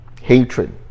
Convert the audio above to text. Hatred